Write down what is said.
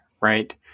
right